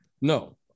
No